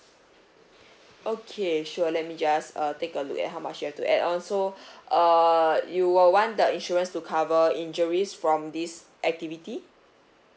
okay sure let me just uh take a look at how much you have to add on so err you will want the insurance to cover injuries from this activity